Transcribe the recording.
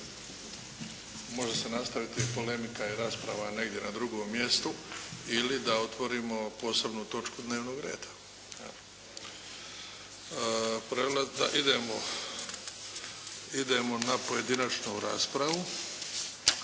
Može se nastaviti polemika i rasprava negdje na drugom mjestu ili da otvorimo posebnu točku dnevnog reda. Idemo na pojedinačnu raspravu.